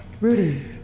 Rudy